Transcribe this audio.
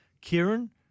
Kieran